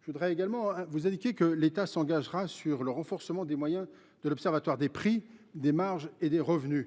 Je vous indique également que l’État s’engagera sur le renforcement des moyens de l’observatoire des prix, des marges et des revenus